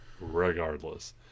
Regardless